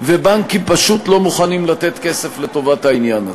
ובנקים פשוט לא מוכנים לתת כסף לטובת העניין הזה.